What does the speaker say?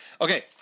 Okay